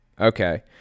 Okay